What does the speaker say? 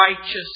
righteous